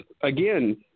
again